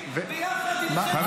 שמענו אותך,